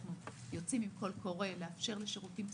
אנחנו יוצאים עם קול קורא לאפשר לשירותים פסיכולוגיים,